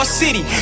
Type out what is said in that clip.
city